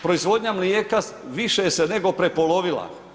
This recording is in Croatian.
Proizvodnja mlijeka više se nego prepolovila.